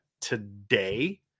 today